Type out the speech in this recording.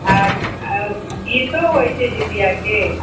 आ आ गीतो होइत छै जीतियाके